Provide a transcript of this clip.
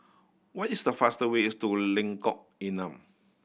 what is the faster way is to Lengkok Enam